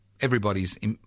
Everybody's